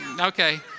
okay